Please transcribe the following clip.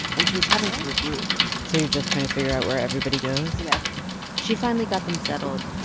and she was having to regroup so you're just trying to figure out where everybody goes? yes she finally got them settled,